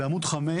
בעמוד 5,